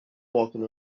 walking